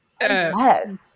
Yes